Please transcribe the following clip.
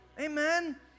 Amen